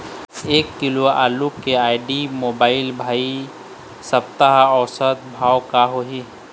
एक किलोग्राम आलू के आईडी, मोबाइल, भाई सप्ता औसत भाव का होही?